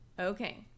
Okay